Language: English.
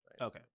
Okay